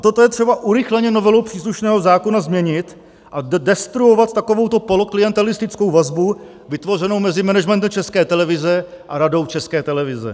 Toto je třeba urychleně novelou příslušného zákona změnit a destruovat takovouto poloklientelistickou vazbu vytvořenou mezi managementem České televize a Radou České televize.